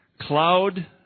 cloud